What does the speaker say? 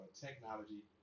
technology